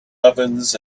ovens